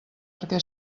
perquè